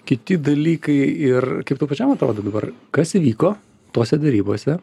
kiti dalykai ir kaip tau pačiam atrodo dabar kas įvyko tose derybose